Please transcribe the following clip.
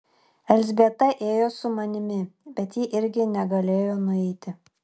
elzbieta ėjo su manimi bet ji irgi negalėjo nueiti